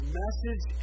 message